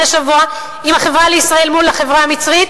שבוע עם "החברה לישראל" מול החברה המצרית?